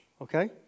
okay